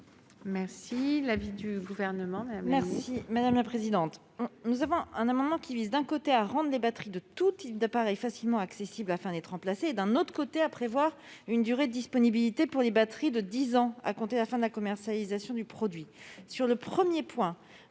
est l'avis du Gouvernement ? Il s'agit d'amendements qui visent, d'un côté, à rendre les batteries de tout type d'appareil facilement accessibles afin d'être remplacées, et, de l'autre, à prévoir une durée de disponibilité des batteries de dix ans à compter de la fin de la commercialisation du produit. Sur le premier point,